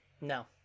No